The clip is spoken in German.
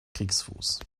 kriegsfuß